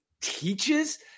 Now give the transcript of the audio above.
teaches